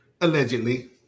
Allegedly